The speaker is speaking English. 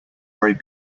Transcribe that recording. very